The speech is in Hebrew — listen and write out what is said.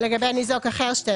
לגבי ניזוק אחר - 12,